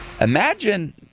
Imagine